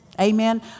Amen